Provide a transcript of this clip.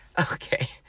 Okay